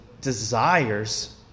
desires